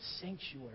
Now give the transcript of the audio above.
sanctuary